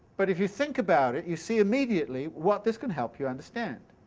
but if you think about it you see immediately what this can help you understand.